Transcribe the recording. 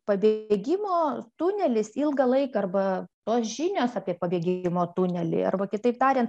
pabėgimo tunelis ilgą laiką arba tos žinios apie pabėgimo tunelį arba kitaip tariant